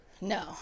No